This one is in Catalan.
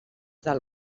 del